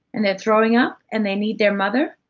and they're throwing-up, and they need their mother,